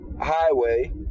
highway